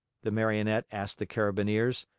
the marionette asked the carabineers,